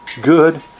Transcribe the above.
good